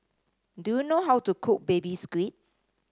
do you know how to cook Baby Squid